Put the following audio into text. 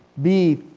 b,